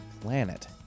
planet